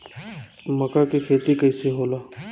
मका के खेती कइसे होला?